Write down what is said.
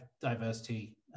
diversity